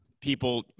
people